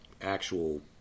actual